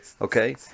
okay